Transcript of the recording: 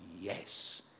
yes